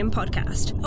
podcast